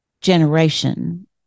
generation